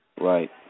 Right